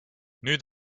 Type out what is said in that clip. nüüd